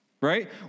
Right